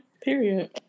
Period